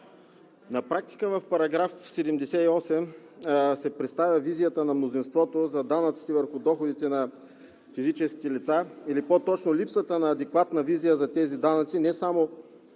На практика в § 78 се представя визията на мнозинството за данъците върху доходите на физическите лица или по-точно липсата на адекватна визия за тези данъци, не само